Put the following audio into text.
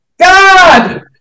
God